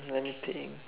let me think